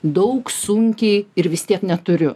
daug sunkiai ir vis tiek neturiu